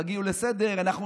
תגיעו להצעה לסדר-היום,